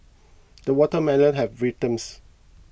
the watermelon has ripened